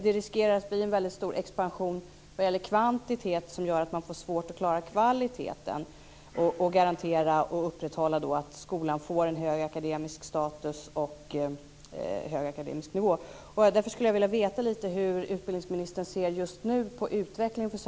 Det riskerar att bli en stor kvantitativ expansion som kommer att göra det svårt att klara kvaliteten och upprätthålla en hög akademisk status.